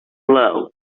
slow